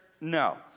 no